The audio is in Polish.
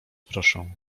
proszę